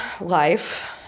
life